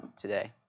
today